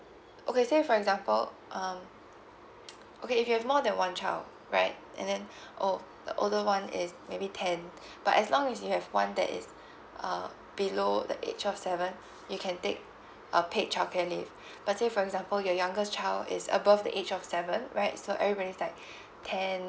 okay say for example um okay if you have more than one child right and then oh the older one is maybe ten but as long as you have one that is uh below the age of seven you can take a paid child care leave let's say for example your youngest child is above the age of seven right so everybody is like ten